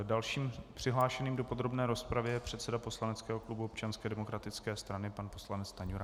Dalším přihlášeným do podrobné rozpravy je předseda poslaneckého klubu Občanské demokratické strany pan poslanec Stanjura.